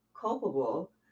culpable